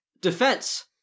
Defense